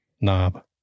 knob